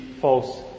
false